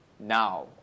Now